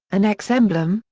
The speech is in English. an x emblem,